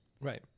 Right